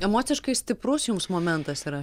emociškai stiprus jums momentas yra